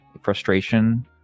frustration